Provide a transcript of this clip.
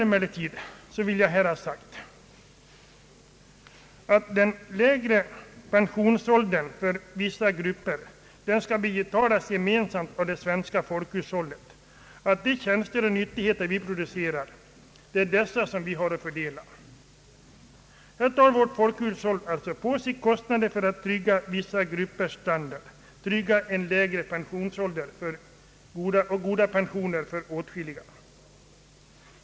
Jag vill ha sagt att den lägre pensionsåldern för vissa grupper betalas gemensamt av det svenska folkhushållet. Det är de tjänster och nyttigheter vi producerar som vi har att fördela. Vårt folkhushåll tar alltså på sig kostnaden för att trygga vissa gruppers standard, att ge åtskilliga människor lägre pension och goda förmåner.